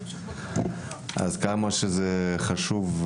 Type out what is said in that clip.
זה חשוב,